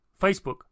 Facebook